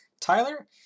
Tyler